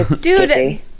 Dude